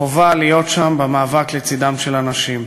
חובה להיות שם במאבק לצדן של הנשים.